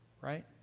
right